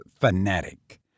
fanatic